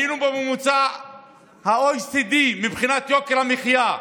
היינו בממוצע ה-OECD מבחינת יוקר המחיה,